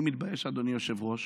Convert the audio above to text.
אני מתבייש, אדוני היושב-ראש,